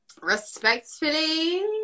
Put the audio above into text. respectfully